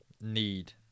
need